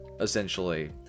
essentially